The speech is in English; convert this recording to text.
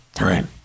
right